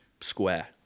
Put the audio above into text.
square